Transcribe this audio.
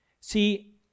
See